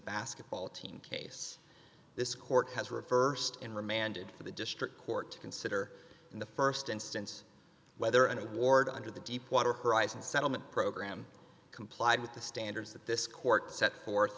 basketball team case this court has reversed and remanded to the district court to consider in the st instance whether an award under the deepwater horizon settlement program complied with the standards that this court set forth